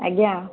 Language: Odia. ଆଜ୍ଞା